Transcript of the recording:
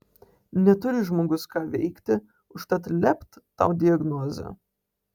neturi žmogus ką veikti užtat lept tau diagnozę